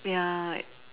ya